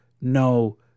no